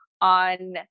on